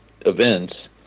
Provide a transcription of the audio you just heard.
events